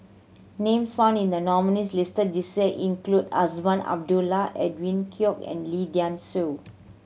names found in the nominees' list this year include Azman Abdullah Edwin Koek and Lee Dai Soh